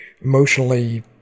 emotionally